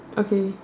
okay